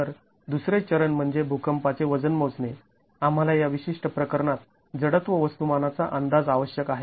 तर दुसरे चरण म्हणजे भुकंपाचे वजन मोजणे आम्हाला या विशिष्ट प्रकरणात जडत्व वस्तुमानाचा अंदाज आवश्यक आहे